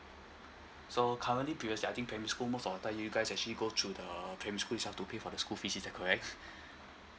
so currently previously I think primary school most of the time you guys actually go through the primary school itself to pay for the school fees is that correct